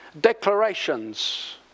declarations